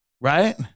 right